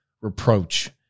reproach